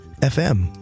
FM